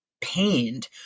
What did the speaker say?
pained